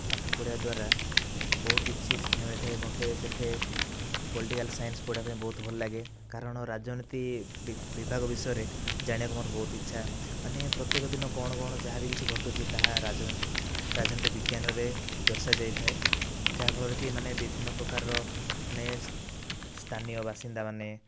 ପାଠ ପଢ଼ିବା ଦ୍ଵାରା ବହୁତ କିଛି ଶିକ୍ଷା ମିଳିଥାଏ ମୋତେ ସେଠି ପଲିଟିକାଲ୍ ସାଇନ୍ସ୍ ପଢ଼ିବାକୁ ବହୁତ ଭଲ ଲାଗେ କାରଣ ରାଜନୀତି ବିଭାଗ ବିଷୟରେ ଜାଣିବାକୁ ମୋର ବହୁତ ଇଚ୍ଛା ମାନେ ପ୍ରତ୍ୟେକ ଦିନ କ'ଣ କ'ଣ ଯାହା ବି କିଛି ଘଟୁଛି ତାହା ରାଜନୀତି ବିଜ୍ଞାନରେ ଦର୍ଶାଯାଇଥାଏ ଯାହା ଫଳରେକି ଏମାନେ ବିଭିନ୍ନପ୍ରକାରର ମାନେ ସ୍ଥାନୀୟ ବାସିନ୍ଦାମାନେ